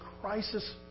crisis